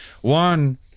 One